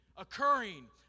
occurring